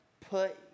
Put